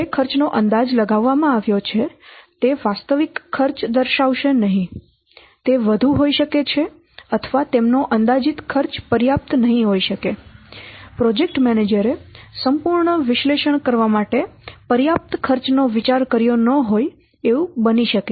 જે ખર્ચનો અંદાજ લગાવવામાં આવ્યો છે તે વાસ્તવિક ખર્ચ દર્શાવશે નહીં તે વધુ હોઈ શકે છે અથવા તેમનો અંદાજીત ખર્ચ પર્યાપ્ત નહીં હોઇ શકે પ્રોજેક્ટ મેનેજરે સંપૂર્ણ વિશ્લેષણ કરવા માટે પર્યાપ્ત ખર્ચનો વિચાર કર્યો ન હોય એવું બની શકે